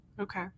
Okay